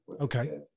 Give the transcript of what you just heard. Okay